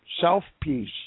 self-peace